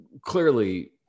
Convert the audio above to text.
clearly